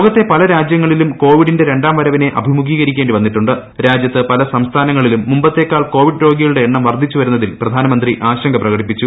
ലോകത്തെ പല രാജ്യ്ക്കുളിലും കോവിഡിന്റെ രണ്ടാം വരവിനെ അഭിമുഖീകരിക്കേണ്ടി രാജ്യത്ത് പല സംസ്ഥാനങ്ങളിലും മുമ്പത്തെക്കാൾ കോവിഡ് രോഗികളുടെ എണ്ണം വർദ്ധിച്ചു വരുന്നതിൽ പ്രധാനമന്ത്രി ആശങ്ക പ്രകടിപ്പിച്ചു